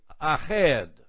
ahead